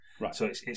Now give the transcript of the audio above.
Right